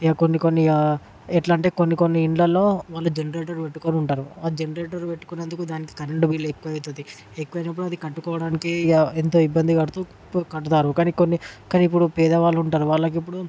ఇక కొన్ని కొన్ని ఎట్లా అంటే కొన్ని కొన్ని ఇండ్లల్లో వాళ్ళు జనరేటర్ పెట్టుకుని ఉంటరు ఆ జనరేటర్ పెట్టుకున్నందుకు దానికి కరెంట్ బిల్ ఎక్కువవుతుంది ఎక్కువైనప్పుడు అది కట్టుకోడానికి ఇక ఎంతో ఇబ్బందికడుతూ కడతారు కానీ కొన్ని కానీ ఇప్పుడు పేదవాళ్ళు ఉంటారు వాళ్ళకి ఇప్పుడు